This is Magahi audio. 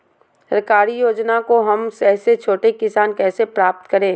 सरकारी योजना को हम जैसे छोटे किसान कैसे प्राप्त करें?